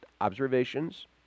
observations